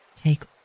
Take